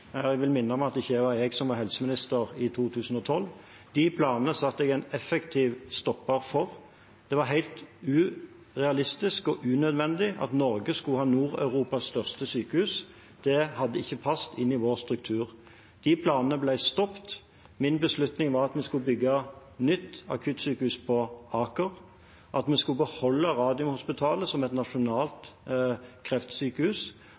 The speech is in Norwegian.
De planene satte jeg en effektiv stopper for. Det var helt urealistisk og unødvendig at Norge skulle ha Nord-Europas største sykehus. Det hadde ikke passet inn i vår struktur. De planene ble stoppet. Min beslutning var at vi skulle bygge nytt akuttsykehus på Aker, at vi skulle beholde Radiumhospitalet som et nasjonalt kreftsykehus,